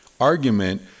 argument